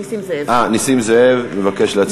נסים זאב מבקש להצביע בעד.